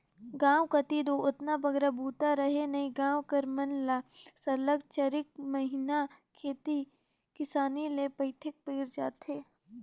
गाँव कती दो ओतना बगरा बूता रहें नई गाँव कर मन ल सरलग चारिक महिना खेती किसानी ले पइठेक पइर जाथे